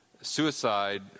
suicide